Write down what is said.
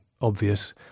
obvious